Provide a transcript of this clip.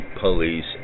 Police